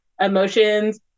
emotions